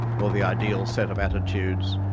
or the ideal set of attitudes,